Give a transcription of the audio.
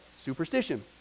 superstition